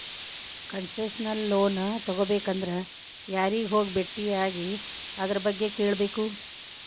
Concessional loan ತಗೊಬೇಕಂದ್ರ ಯಾರಿಗೆ ಹೋಗಿ ಬೆಟ್ಟಿಯಾಗಿ ಅದರ್ಬಗ್ಗೆ ಕೇಳ್ಬೇಕು?